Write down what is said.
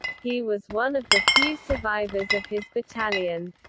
he was one of the few survivors of his battalion.